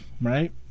right